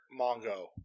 Mongo